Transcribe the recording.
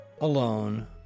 alone